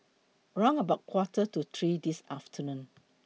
round about Quarter to three This afternoon